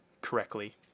correctly